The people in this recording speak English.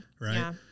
right